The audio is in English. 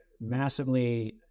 massively